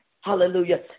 Hallelujah